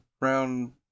round